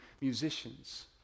musicians